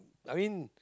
I mean